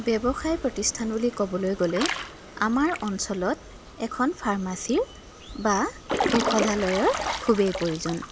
ব্যৱসায় প্ৰতিষ্ঠান বুলি ক'বলৈ গ'লে আমাৰ অঞ্চলত এখন ফাৰ্মাচি বা ঔষধালয়ৰ খুবেই প্ৰয়োজন